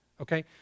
Okay